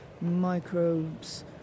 microbes